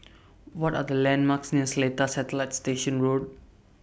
What Are The landmarks near Seletar Satellite Station Road